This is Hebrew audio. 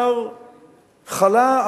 חלה,